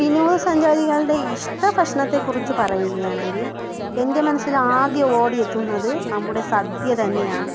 വിനോദസഞ്ചാരികളുടെ ഇഷ്ട ഭക്ഷണത്തെക്കുറിച്ച് പറയുകയാണെങ്കിൽ എൻ്റെ മനസ്സിൽ ആദ്യം ഓടി എത്തുന്നത് നമ്മുടെ സദ്യ തന്നെയാണ്